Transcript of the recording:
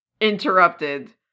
interrupted